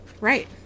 Right